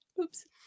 Oops